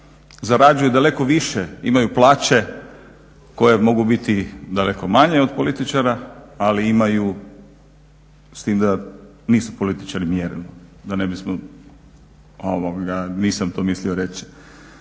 zarađuju daleko više, imaju plaće koje mogu biti daleko manje od političara ali imaju s tim da nisu političari mjerilo da ne bismo, nisam to mislio reć.